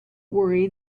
worry